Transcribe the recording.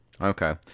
Okay